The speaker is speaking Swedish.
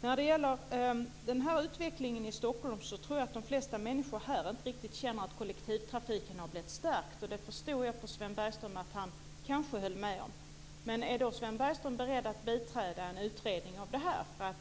När det gäller utvecklingen i Stockholm så tror jag att de flesta människor här inte riktigt känner att kollektivtrafiken har blivit stärkt. Jag förstod på Sven Bergström att han kanske höll med om detta. Men är Sven Bergström då beredd att biträda en utredning av detta?